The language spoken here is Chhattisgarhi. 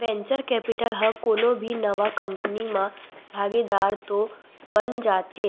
वेंचर केपिटल ह कोनो भी नवा कंपनी म भागीदार तो बन जाथे